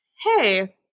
hey